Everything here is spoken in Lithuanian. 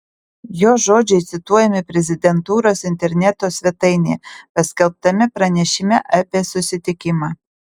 jos žodžiai cituojami prezidentūros interneto svetainėje paskelbtame pranešime apie susitikimą